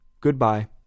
Goodbye